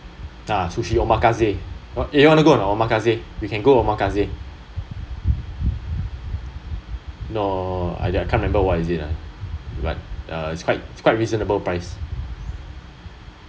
ah sushi omakase you want to go or not omakase we can go omakase no I can't remember what is it uh but it's quite quite reasonable price